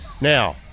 Now